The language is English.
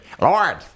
Lord